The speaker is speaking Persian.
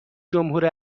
جمهور